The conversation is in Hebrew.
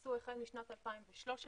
שנכנסו החל משנת 2013,